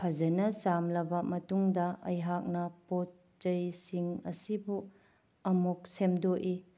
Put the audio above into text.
ꯐꯖꯅ ꯆꯥꯝꯂꯕ ꯃꯇꯨꯡꯗ ꯑꯩꯍꯥꯛꯅ ꯄꯣꯠ ꯆꯩ ꯁꯤꯡ ꯑꯁꯤꯕꯨ ꯑꯃꯨꯛ ꯁꯦꯝꯗꯣꯛꯏ